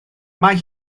mae